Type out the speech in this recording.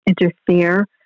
interfere